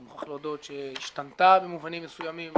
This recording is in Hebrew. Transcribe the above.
מוכרח להודות שהיא השתנתה במובנים מסוימים,